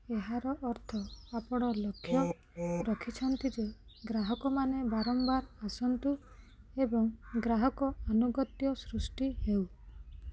ଏହାର ଅର୍ଥ ଆପଣ ଲକ୍ଷ୍ୟ ରଖିଛନ୍ତି ଯେ ଗ୍ରାହକମାନେ ବାରମ୍ବାର ଆସନ୍ତୁ ଏବଂ ଗ୍ରାହକ ଆନୁଗତ୍ୟ ସୃଷ୍ଟି ହେଉ